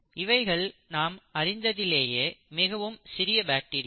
இவைகள் நாம் அறிந்ததிலேயே மிகவும் சிறிய பாக்டீரியா